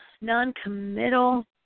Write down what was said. non-committal